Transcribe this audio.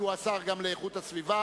שהוא גם השר לאיכות הסביבה,